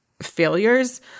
failures